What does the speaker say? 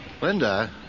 Linda